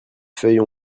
feuilles